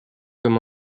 comme